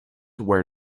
where